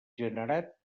generat